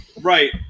right